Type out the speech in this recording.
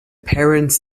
parents